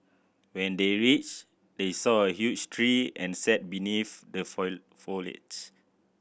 when they reached they saw a huge tree and sat beneath the foliage